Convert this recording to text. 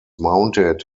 mounted